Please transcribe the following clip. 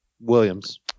Williams